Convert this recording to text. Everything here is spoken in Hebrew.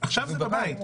עכשיו זה בבית,